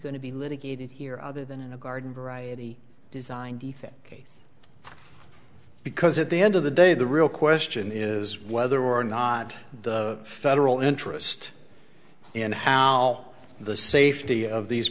going to be litigated here other than a garden variety design defect because at the end of the day the real question is whether or not the federal interest in how the safety of these